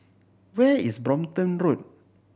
where is Brompton Road